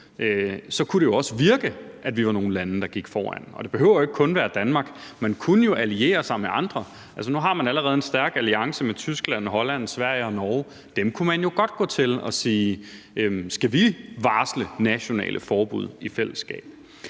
EU, kunne det også virke, at vi var nogle lande, der gik foran. Og det behøver ikke kun at være Danmark – man kunne jo alliere sig med andre. Altså, nu har man allerede en stærk alliance med Tyskland, Holland, Sverige og Norge, og dem kunne man jo godt gå til og sige: Skal vi varsle nationale forbud i fællesskab?